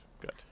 good